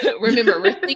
remember